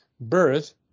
birth